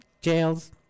Jails